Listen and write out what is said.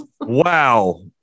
Wow